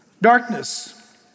Darkness